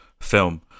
film